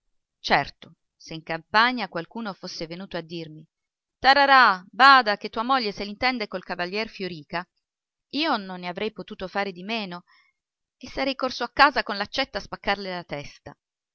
certo se in campagna qualcuno fosse venuto a dirmi tararà bada che tua moglie se l'intende col cavalier fiorìca io non ne avrei potuto fare di meno e sarei corso a casa con l'accetta a spaccarle la testa